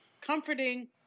comforting